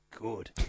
good